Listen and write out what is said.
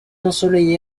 ensoleillé